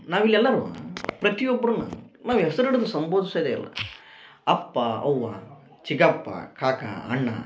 ನಾವಿಲ್ಲೆಲ್ಲರೂ ಪ್ರತಿಯೊಬ್ಬರನ್ನ ನಾವು ಹೆಸರಿಡಿದ್ ಸಂಬೋಧಿಸೋದೆ ಇಲ್ಲ ಅಪ್ಪ ಅವ್ವ ಚಿಕಪ್ಪ ಕಾಕ ಅಣ್ಣ